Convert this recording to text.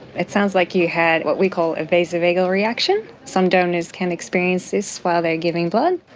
it sounds like you had what we call a vasovagal reaction. some donors can experience this while they giving blood.